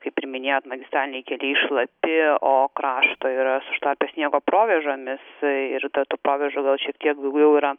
kaip ir minėjot magistraliniai keliai šlapi o krašto yra su šlapio sniego provėžomis ir dar tų provėžų gal šiek tiek daugiau yra